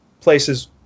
places